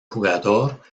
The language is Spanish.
jugador